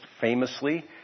famously